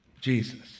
Jesus